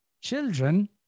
children